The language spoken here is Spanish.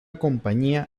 compañía